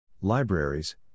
Libraries